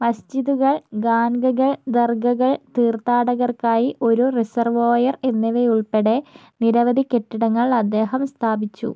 മസ്ജിദുകൾ ഖാൻഖകൾ ദർഗകൾ തീർത്ഥാടകർക്കായി ഒരു റിസർവോയർ എന്നിവ ഉൾപ്പെടെ നിരവധി കെട്ടിടങ്ങൾ അദ്ദേഹം സ്ഥാപിച്ചു